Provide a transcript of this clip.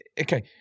Okay